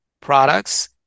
products